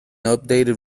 updated